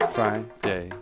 Friday